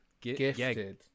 gifted